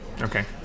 Okay